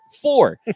four